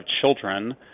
children